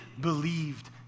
believed